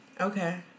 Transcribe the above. okay